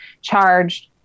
charged